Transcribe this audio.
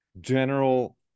General